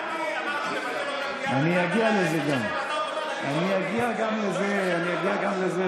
לא היה דבר כזה, אין לכם רוב, תלכו הביתה.